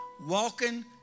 walking